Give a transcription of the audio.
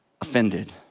offended